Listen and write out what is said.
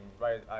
right